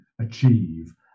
achieve